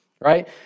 right